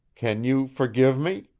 can you forgive me?